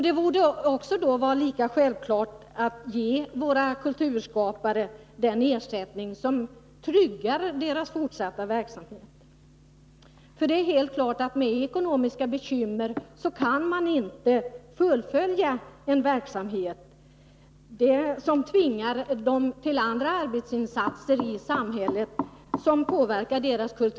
Det borde då också vara lika självklart att ge våra kulturskapare den ersättning som tryggar deras fortsatta verksamhet. Det är helt klart att de inte kan fullfölja denna kulturella verksamhet, om de har ekonomiska bekymmer som tvingar dem till andra arbetsinsatser i samhället.